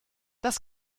das